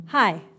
Hi